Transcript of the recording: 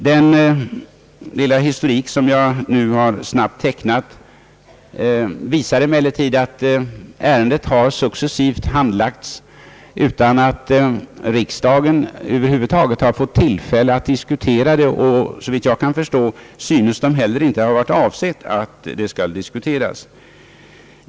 Den lilla historik som jag nu har snabbt tecknat visar emellertid, att ärendet successivt har handlagts utan att riksdagen över huvud taget har fått tillfälle att diskutera det, och såvitt jag kan förstå synes det inte heller ha varit avsett att ärendet skall diskuteras här.